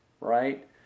Right